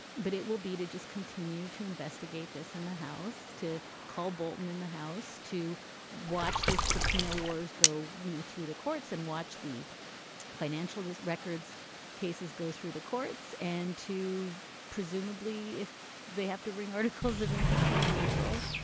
but it will be to just continue to investigate this in the house, to call bolton in the house, to watch this subpoena wars go you know through the courts and watch the financial his records cases go through the courts. and to presumably, if they have to read articles of impeachment in april,